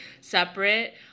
separate